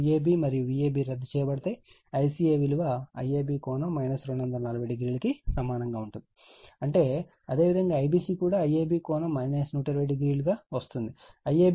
కాబట్టి Vab మరియు Vab రద్దు చేయబడుతుంది ICA విలువ IAB ∠ 240o కి సమానంగా ఉంటుంది అంటే అదేవిధంగా IBC కూడా IAB∠ 120o గా పొందుతాము